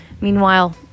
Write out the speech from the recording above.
Meanwhile